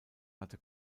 hatte